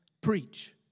preach